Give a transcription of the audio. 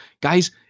Guys